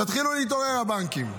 תתחילו להתעורר, הבנקים.